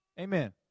Amen